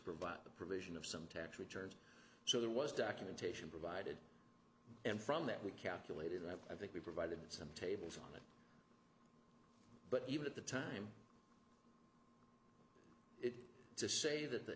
provide the provision of some tax returns so there was documentation provided and from that we calculated that i think we provided some tables on it but even at the time to say that